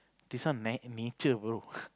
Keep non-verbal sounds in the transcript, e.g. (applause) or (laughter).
this one na~ nature bro (laughs)